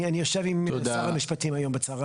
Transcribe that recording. אני אשב עם שר המשפטים היום בצוהריים.